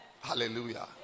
Hallelujah